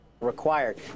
Required